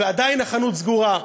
ועדיין החנות סגורה.